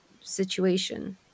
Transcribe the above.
situation